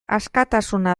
askatasuna